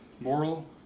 moral